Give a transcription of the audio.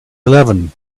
eleven